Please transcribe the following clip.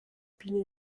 bienen